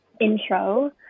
intro